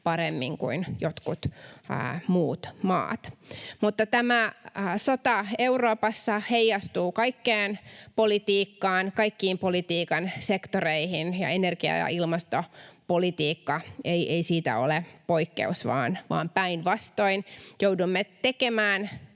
paremmin kuin jotkut muut maat. Mutta tämä sota Euroopassa heijastuu kaikkeen politiikkaan, kaikkiin politiikan sektoreihin, ja energia- ja ilmastopolitiikka ei siitä ole poikkeus vaan päinvastoin. Joudumme tekemään